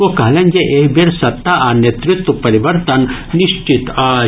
ओ कहलनि जे एहि बेर सत्ता आ नेतृत्व परिवर्तन निश्चित अछि